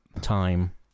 Time